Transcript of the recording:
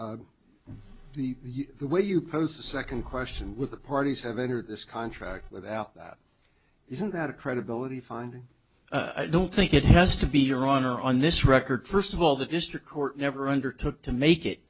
question the way you posed the second question with the parties have entered this contract without that isn't that a credibility finding i don't think it has to be your honor on this record first of all the district court never undertook to make it